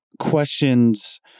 questions